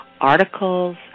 articles